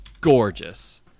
gorgeous